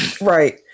Right